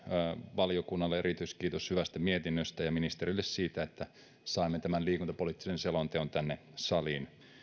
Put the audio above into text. valiokunnalle erityiskiitos hyvästä mietinnöstä ja ministerille siitä että saimme tämän liikuntapoliittisen selonteon tänne saliin